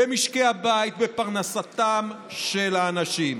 במשקי הבית, בפרנסתם של האנשים.